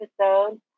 episode